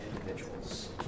individuals